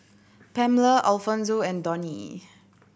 Pamela Alfonso and Donnie